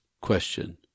question